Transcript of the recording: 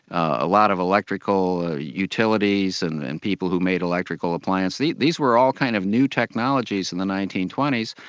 a lot of electrical ah utilities and and people who made electrical appliances, these were all kind of new technologies in the nineteen twenty s,